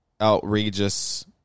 outrageous